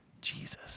Jesus